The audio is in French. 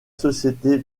société